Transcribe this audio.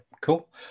Cool